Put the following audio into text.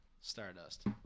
Stardust